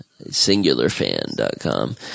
singularfan.com